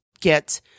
get